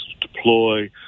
deploy